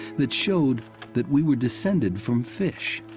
that showed that we were descended from fish.